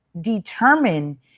determine